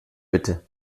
bitte